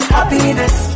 Happiness